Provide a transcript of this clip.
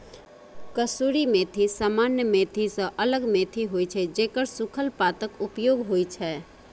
कसूरी मेथी सामान्य मेथी सं अलग मेथी होइ छै, जेकर सूखल पातक उपयोग होइ छै